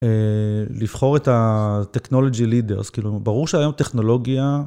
אה... לבחור את הטכנולוגי לידרס, כאילו, ברור שהיום טכנולוגיה...